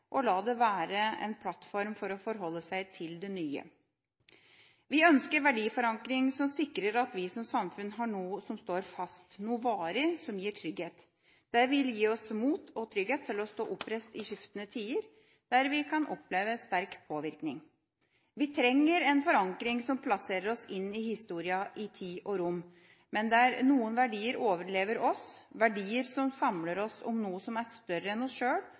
og tilhørighet – og la det være en plattform for å forholde seg til det nye. Vi ønsker en verdiforankring som sikrer at vi som samfunn har noe som står fast, noe varig som gir trygghet. Det vil gi oss mot og trygghet til å stå oppreist i skiftende tider der vi kan oppleve sterk påvirkning. Vi trenger en forankring som plasserer oss inn i historien i tid og rom, men der noen verdier overlever oss – verdier som samler oss om noe som er større enn oss sjøl,